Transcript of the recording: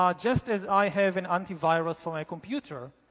um just as i have an anti-virus from a computer,